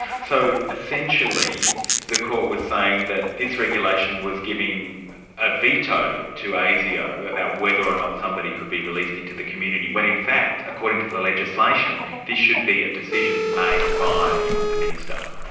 so, essentially the court was saying that this regulation was giving a veto to asio about whether or not somebody could be released into the community, when in fact, according to the legislation, this should be a decision made by the minister?